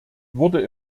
wurde